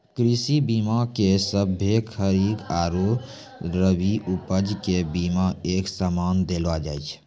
कृषि बीमा मे सभ्भे खरीक आरु रवि उपज के बिमा एक समान देलो जाय छै